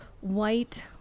white